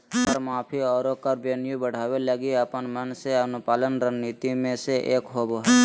कर माफी, आरो कर रेवेन्यू बढ़ावे लगी अपन मन से अनुपालन रणनीति मे से एक होबा हय